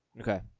Okay